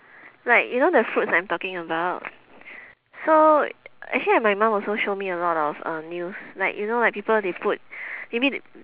like you know the fruits I'm talking about so actually my mum also show me a lot of um news like you know like people they put maybe